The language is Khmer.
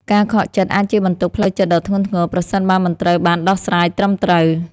ការខកចិត្តអាចជាបន្ទុកផ្លូវចិត្តដ៏ធ្ងន់ធ្ងរ ប្រសិនបើមិនត្រូវបានដោះស្រាយត្រឹមត្រូវ។